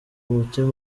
umutima